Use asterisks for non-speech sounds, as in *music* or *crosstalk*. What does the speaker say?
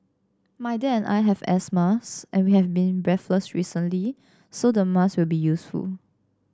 my dad and I have asthma *unintelligible* and we have been breathless recently so the mask will be useful